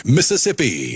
Mississippi